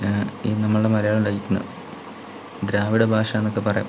ഈ നമ്മുടെ മലയാളം ഉണ്ടായിരിക്കുന്നത് ദ്രാവിഡ ഭാഷാന്നൊക്കെ പറയാം